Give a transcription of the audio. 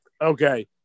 okay